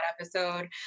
episode